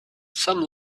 some